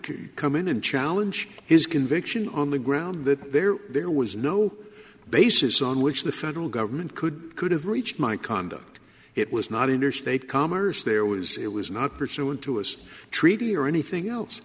can come in and challenge his conviction on the ground that there there was no basis on which the federal government could could have reached my conduct it was not interstate commerce there was it was not pursuant to his treaty or anything else